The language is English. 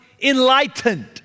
enlightened